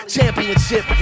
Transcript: Championship